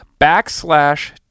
backslash